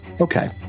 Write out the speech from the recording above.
Okay